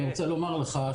אני רוצה לומר לך,